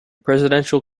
presidential